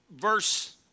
Verse